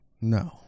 No